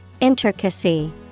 Intricacy